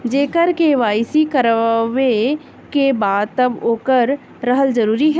जेकर के.वाइ.सी करवाएं के बा तब ओकर रहल जरूरी हे?